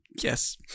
Yes